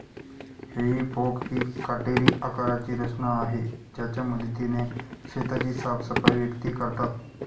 हेई फोक ही काटेरी आकाराची रचना आहे ज्याच्या मदतीने शेताची साफसफाई व्यक्ती करतात